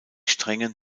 strengen